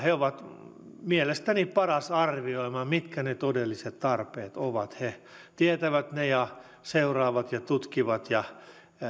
he ovat mielestäni parhaita arvioimaan mitkä ne todelliset tarpeet ovat he tietävät ne ja seuraavat ja tutkivat ja